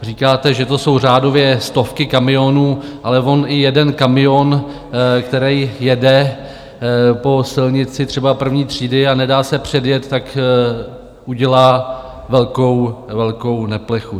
Říkáte, že to jsou řádově stovky kamionů, ale on i jeden kamion, který jede po silnici třeba první třídy a nedá se předjet, tak udělá velkou neplechu.